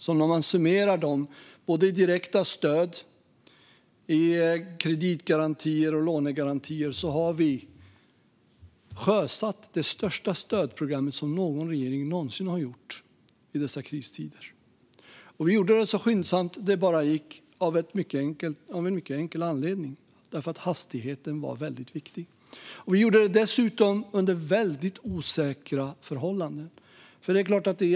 Summerar vi dessa direkta stöd och kredit och lånegarantier sjösatte vi det största stödprogrammet någonsin. Vi gjorde detta så skyndsamt vi kunde av den enkla anledningen att hastigheten var viktig. Vi gjorde det dessutom under mycket osäkra förhållanden.